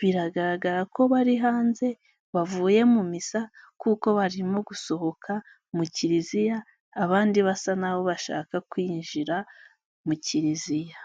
biragaragara ko bari hanze, bavuye mu misa kuko barimo gusohoka mu Kiliziya, abandi basa n'aho bo bashaka kwinjira mu Kiliziya.